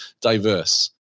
diverse